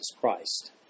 Christ